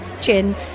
Gin